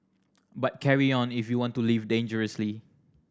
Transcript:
but carry on if you want to live dangerously